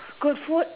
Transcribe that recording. good food